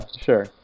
sure